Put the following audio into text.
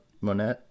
Monet